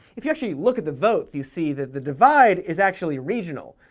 if you actually look at the votes, you see that the divide is actually regional.